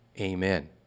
amen